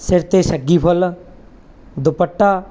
ਸਿਰ 'ਤੇ ਸੱਗੀ ਫੁੱਲ ਦੁਪੱਟਾ